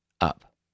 up